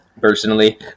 personally